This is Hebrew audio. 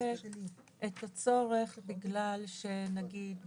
לספק את הצורך בגלל שבפריים